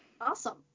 awesome